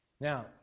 Now